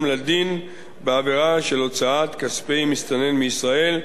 לדין בעבירה של הוצאות כספי מסתנן מישראל,